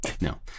No